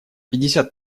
пятьдесят